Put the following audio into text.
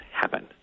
happen